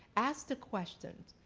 ask the questions,